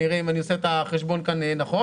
אם אני עושה את החשבון נכון,